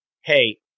hey